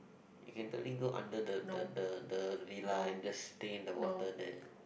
you can totally go under the the the the villa and just stay in the water there